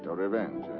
revenge, ah?